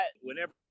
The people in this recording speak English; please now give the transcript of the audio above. whenever